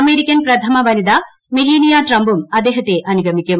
American പ്രഥമ വനിത Melania ട്രംപും അദ്ദേഹത്തെ അന്മുഗമിക്കും